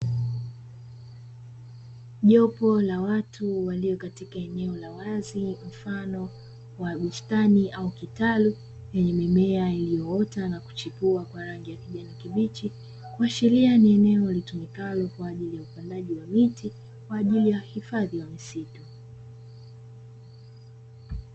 Jopo la watu waliokatika eneo la wazi mfano wa bustani au kitalu chenye mimea iliyoota na kuchipua kwa rangi ya kijani kibichi, kuashiria ni eneo litumikalo kwaajili ya upandaji wa miti kwaajili ya uhifadhi wa misitu.